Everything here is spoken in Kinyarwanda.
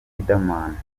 riderman